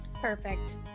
Perfect